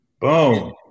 Boom